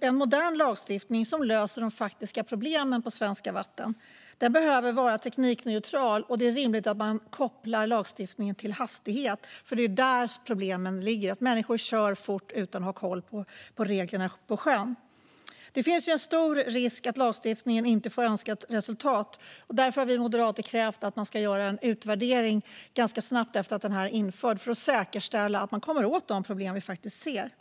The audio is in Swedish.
en modern lagstiftning som löser de faktiska problemen på svenska vatten. Den behöver vara teknikneutral, och det är rimligt att man kopplar lagstiftningen till hastighet. Det är där problemen ligger. Människor kör för fort utan att ha koll på reglerna på sjön. Det finns en stor risk att lagstiftningen inte får önskat resultat. Därför har vi moderater krävt att man ska göra en utvärdering ganska snabbt efter att den är införd för att säkerställa att man kommer åt de problem vi ser.